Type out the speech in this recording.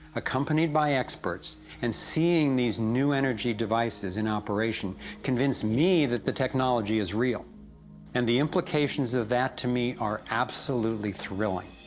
accompanied by experts and seeing these new energy devices in operation convinced me that the technology is real and the implications of that to me are absolutely thrilling.